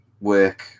work